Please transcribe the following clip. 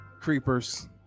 creepers